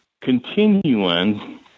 continuing